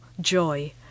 joy